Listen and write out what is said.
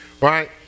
Right